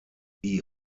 die